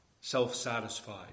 self-satisfied